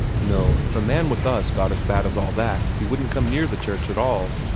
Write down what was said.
no if a man with us got as bad as all that, he wouldn't come near the church at all.